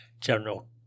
general